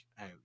out